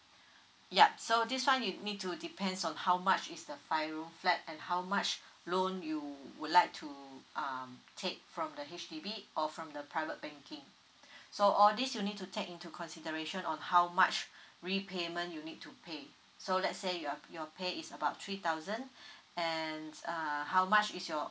yup so this one you need to depends on how much is the five room flat and how much loan you would like to um take from the H_D_B or from the private banking so all these you need to take into consideration on how much repayment you need to pay so let's say you're your pay is about three thousand and uh how much is your